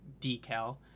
decal